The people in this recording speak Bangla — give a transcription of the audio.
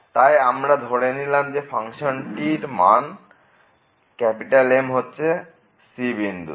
তাই আমরা ধরে নিলাম যে ফাংশনটির মান M হচ্ছে c বিন্দুতে